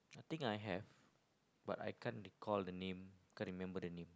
I think I have but I can'r recall the name can't rmember the name